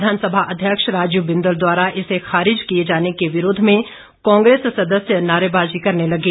विधानसभा अध्यक्ष राजीव बिंदल द्वारा इसे खारिज किए जाने के विरोध में कांग्रेसी सदस्य नारेबाजी करने लगे